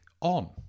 on